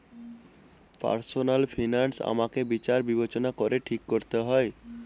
personal finance আমাকে বিচার বিবেচনা করে ঠিক করতে হয়